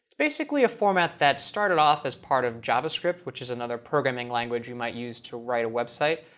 basically a format that started off as part of javascript, which is another programming language you might use to write a website.